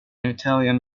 italian